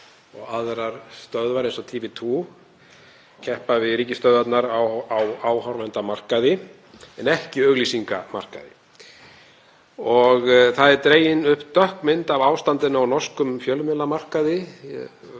og aðrar stöðvar eins og TV2 keppa við ríkisstöðvarnar á áhorfendamarkaði en ekki auglýsingamarkaði. Dregin er upp dökk mynd af ástandinu á norskum fjölmiðlamarkaði,